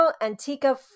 Antica